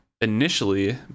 initially